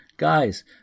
Guys